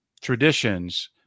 traditions